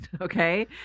okay